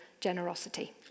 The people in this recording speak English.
generosity